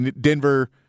Denver